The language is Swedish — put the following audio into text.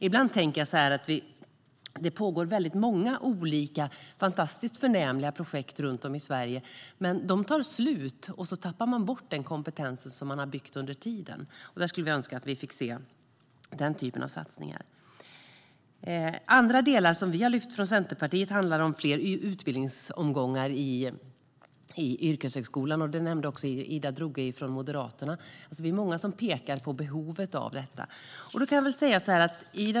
Ibland tänker jag att det pågår väldigt många olika och fantastiskt förnämliga projekt runt om i Sverige. Men de tar slut, och så tappar man bort den kompetens som man har byggt under tiden. Vi skulle önska att vi fick se den typen av satsningar. Andra delar som vi från Centerpartiet har lyft fram handlar om fler utbildningsomgångar i yrkeshögskolan, något som även Ida Drougge från Moderaterna nämnde. Det finns många som pekar på behovet av detta.